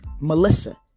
Melissa